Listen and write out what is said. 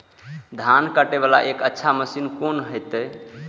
धान कटे वाला एक अच्छा मशीन कोन है ते?